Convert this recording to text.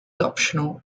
optional